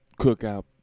cookout